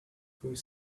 through